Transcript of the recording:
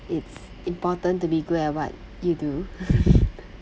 it's important to be good at what you do